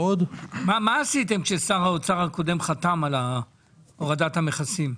מה עשיתם כששר האוצר הקודם חתם על הורדת המכסים?